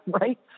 right